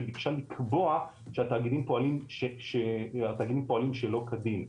שבקשה לקבוע שהתאגידים פועלים שלא כדין.